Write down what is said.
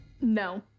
No